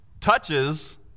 Touches